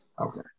Okay